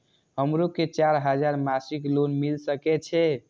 हमरो के चार हजार मासिक लोन मिल सके छे?